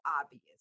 obvious